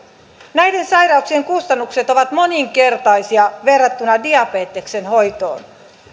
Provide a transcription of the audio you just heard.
näiden sairauksien kustannukset ovat moninkertaisia verrattuna diabeteksen hoitoon